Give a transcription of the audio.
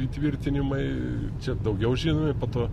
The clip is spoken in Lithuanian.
įtvirtinimai čia daugiau žinomi po to